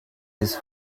his